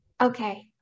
okay